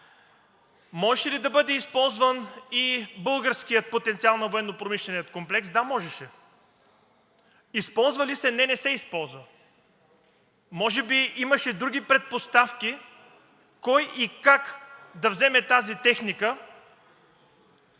можеше ли да бъде използван и българският потенциал на военнопромишления комплекс? Да, можеше. Използва ли се? Не, не се използва. Може би имаше други предпоставки кой и как да вземе тази техника,